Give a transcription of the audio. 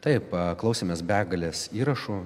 taip klausėmės begales įrašų